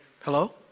Hello